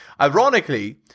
Ironically